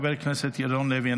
חבר הכנסת ירון לוי,